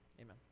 Amen